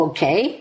Okay